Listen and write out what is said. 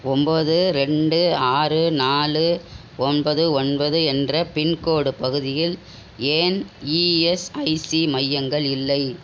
ஒம்பது ரெண்டு ஆறு நாலு ஒன்பது ஒன்பது என்ற பின்கோட் பகுதியில் ஏன் இஎஸ்ஐசி மையங்கள் இல்லை